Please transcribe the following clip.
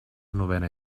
novena